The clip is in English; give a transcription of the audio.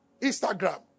Instagram